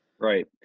Right